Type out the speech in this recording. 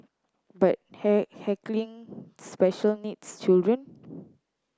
but heckling special needs children